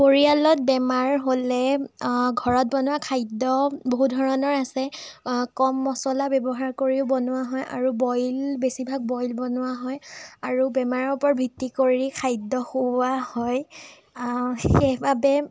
পৰিয়ালত বেমাৰ হ'লে ঘৰত বনোৱা খাদ্য বহুত ধৰণৰ আছে কম মছলা ব্যৱহাৰ কৰিও বনোৱা হয় আৰু বইল বেছিভাগ বইল বনোৱা হয় আৰু বেমাৰৰ ওপৰত ভিত্তি কৰি খাদ্য খুওৱা হয় সেইবাবে